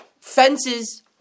fences